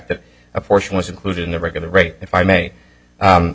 that a portion was included in the regular rate if i may